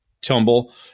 tumble